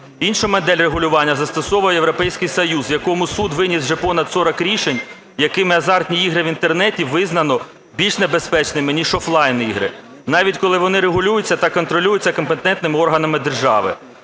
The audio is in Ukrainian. Іншу модель регулювання застосовує Європейський Союзу, якому суд виніс вже понад 40 рішень, якими азартні ігри в Інтернеті визнано більш небезпечними ніж офлайн-ігри. Навіть, коли вони регулюються та контролюються компетентними органами держави.